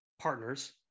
partners